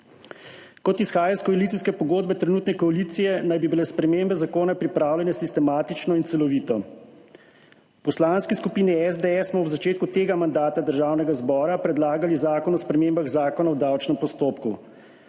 Kot izhaja iz koalicijske pogodbe trenutne koalicije, naj bi bile spremembe zakona pripravljene sistematično in celovito. V Poslanski skupini SDS smo v začetku tega mandata Državnega zbora predlagali Zakon o spremembah Zakona o davčnem postopku.